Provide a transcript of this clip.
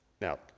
Now